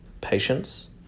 Patience